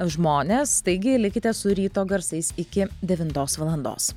žmonės staigiai likite su ryto garsais iki devintos valandos